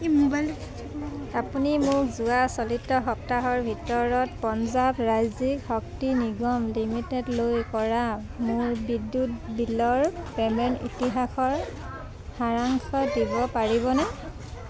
আপুনি মোক যোৱা চলিত সপ্তাহৰ ভিতৰত পঞ্জাৱ ৰাজ্যিক শক্তি নিগম লিমিটেডলৈ কৰা মোৰ বিদ্যুৎ বিলৰ পে'মেণ্ট ইতিহাসৰ সাৰাংশ দিব পাৰিবনে